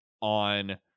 on